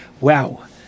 Wow